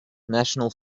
national